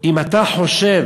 אם אתה חושב